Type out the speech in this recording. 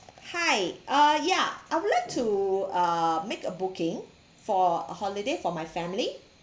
hi uh yeah I would like to uh make a booking for holiday for my family